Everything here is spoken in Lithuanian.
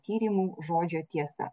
tyrimų žodžio tiesa